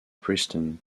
princeton